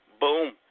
boom